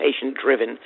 patient-driven